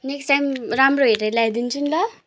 next time राम्रो हेरेर ल्याइदिन्छु नि ल